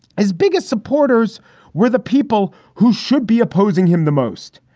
his biggest supporters were the people who should be opposing him the most.